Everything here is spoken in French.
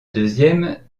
deuxième